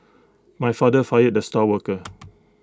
my father fired the star worker